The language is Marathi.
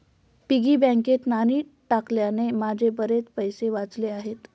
पिगी बँकेत नाणी टाकल्याने माझे बरेच पैसे वाचले आहेत